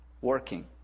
working